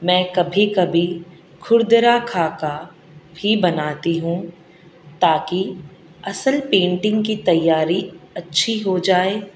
میں کبھی کبھی کھردرا خاکہ بھی بناتی ہوں تا کہ اصل پینٹنگ کی تیاری اچھی ہو جائے